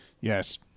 yes